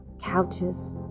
couches